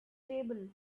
table